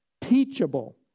teachable